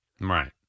Right